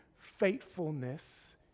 faithfulness